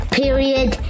period